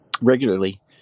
regularly